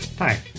Hi